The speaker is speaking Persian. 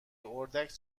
اردک